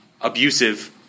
abusive